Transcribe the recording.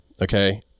Okay